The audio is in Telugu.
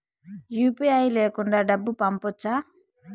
యు.పి.ఐ లేకుండా డబ్బు పంపొచ్చా